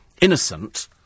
innocent